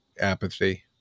apathy